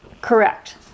Correct